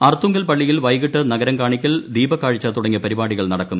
അർത്തുങ്കൽ പള്ളിയിൽ വൈകിട്ട് നൂഗർം കാണിക്കൽ ദീപക്കാഴ്ച തുടങ്ങിയ പരിപാടികൾ നടക്കും